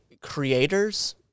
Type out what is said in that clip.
creators